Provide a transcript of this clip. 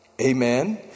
Amen